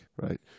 right